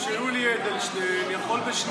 אני מניח שאידיאולוגיה שלך לא אפשרה לך.